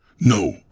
No